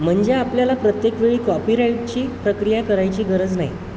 म्हणजे आपल्याला प्रत्येक वेळी कॉपीराइटची प्रक्रिया करायची गरज नाही